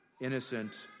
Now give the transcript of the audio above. innocent